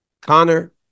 Connor